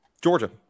georgia